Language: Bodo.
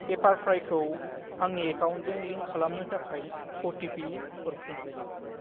पेपारप्राइखौ आंनि एकाउन्टजों लिंक खालामनो थाखाय अटिपि हरफिन